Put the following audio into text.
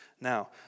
Now